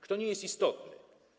Kto nie jest istotny?